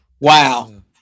wow